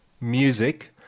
music